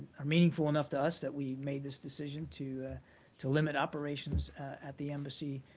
are meaningful enough to us that we made this decision to ah to limit operations at the embassy.